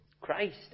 Christ